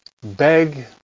beg